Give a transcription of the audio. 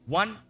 one